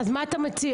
מה אתה מציע?